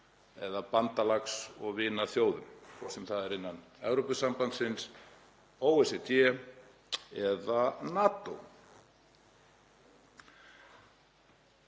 eða bandalags- og vinaþjóðum, hvort sem það er innan Evrópusambandsins, OECD eða NATO.